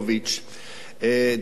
דיברת על כך,